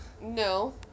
No